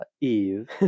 eve